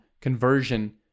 conversion